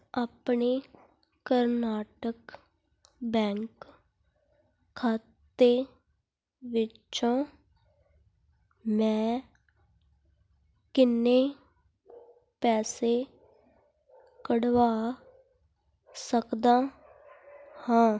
ਆਪਣੇ ਕਰਨਾਟਕ ਬੈਂਕ ਖਾਤੇ ਵਿੱਚੋਂ ਮੈਂ ਕਿੰਨੇ ਪੈਸੇ ਕਢਵਾ ਸਕਦਾ ਹਾਂ